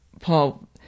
Paul